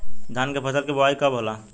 धान के फ़सल के बोआई कब होला?